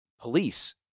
police